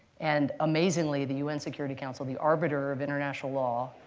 and amazingly, the un security council, the arbiter of international law,